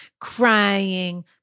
crying